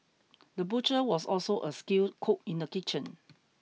the butcher was also a skilled cook in the kitchen